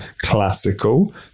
classical